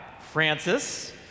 Francis